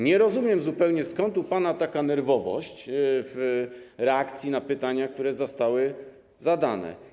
Nie rozumiem zupełnie, skąd u pana taka nerwowość w reakcji na pytania, które zostały zadane.